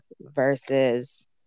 versus